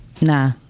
Nah